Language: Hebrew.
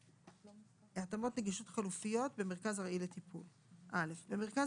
התאמות נגישות חלופיות במרכז ארעי לטיפול 12ב. (א)במרכז